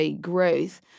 growth